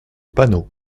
panot